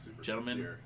gentlemen